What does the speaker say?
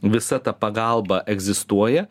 visa ta pagalba egzistuoja